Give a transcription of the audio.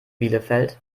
bielefeld